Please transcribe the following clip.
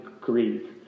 grieve